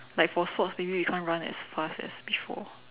like for sports maybe we can't run as fast as before